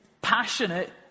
passionate